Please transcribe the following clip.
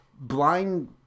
Blind